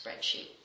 spreadsheet